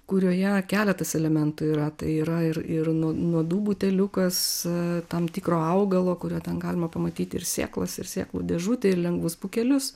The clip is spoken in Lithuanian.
kurioje keletas elementų yra tai yra ir ir nuo nuodų buteliukas tam tikro augalo kurio ten galima pamatyt ir sėklas ir sėklų dėžutė ir lengvus pūkelius